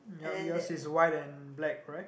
yup yours is white and black right